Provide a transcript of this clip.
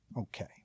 okay